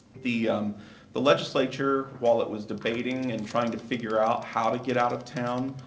the the legislature, while it was debating and trying to figure out how to get out of town,